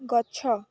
ଗଛ